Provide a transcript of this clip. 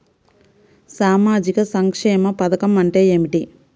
సామాజిక సంక్షేమ పథకం అంటే ఏమిటి?